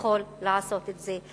יכול לעשות את זה.